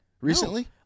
recently